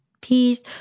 peace